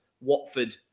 Watford